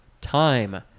time